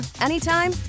anytime